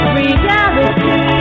reality